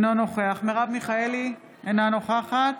אינו נוכח מרב מיכאלי, אינה נוכחת